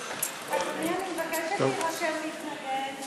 טובות, וניפגש בחתונה הבאה.